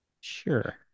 Sure